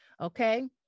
Okay